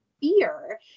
fear